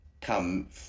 come